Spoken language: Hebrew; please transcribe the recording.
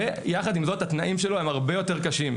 ויחד עם זאת התנאים שלו הם הרבה יותר קשים.